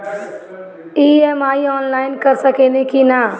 EMI online कर सकेनी की ना?